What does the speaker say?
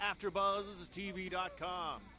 AfterBuzzTV.com